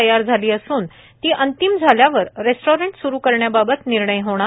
तयार झाली असून ती अंतिम झाल्यावर रेस्टॉरंट स्रु करण्याबाबत निर्णय होणार